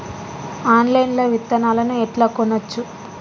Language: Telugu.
ఆన్లైన్ లా విత్తనాలను ఎట్లా కొనచ్చు?